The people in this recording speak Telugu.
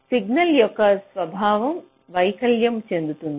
సిగ్నల్ యొక్క స్వభావం వైకల్యం చెందుతుంది